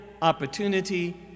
opportunity